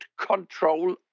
control